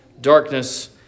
darkness